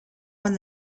won